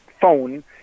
phone